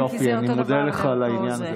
יופי, אני מודה לך על העניין הזה.